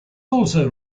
also